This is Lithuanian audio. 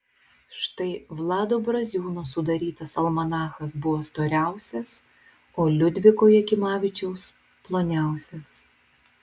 štai vlado braziūno sudarytas almanachas buvo storiausias o liudviko jakimavičiaus ploniausias